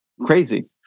crazy